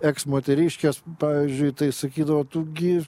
eks moteriškės pavyzdžiui tai sakydavo tu gi